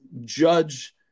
judge